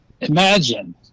Imagine